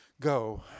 go